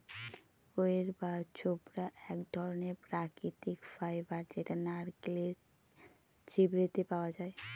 কইর বা ছবড়া এক ধরনের প্রাকৃতিক ফাইবার যেটা নারকেলের ছিবড়েতে পাওয়া যায়